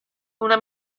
una